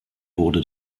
wurde